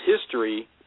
history